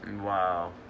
Wow